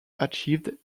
achieved